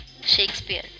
Shakespeare